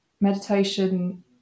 meditation